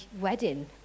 wedding